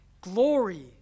Glory